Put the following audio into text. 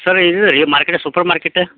sir ಇಲ್ಲೇ ರೀ market supermarket